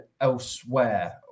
elsewhere